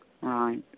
Right